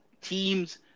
teams